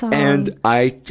and i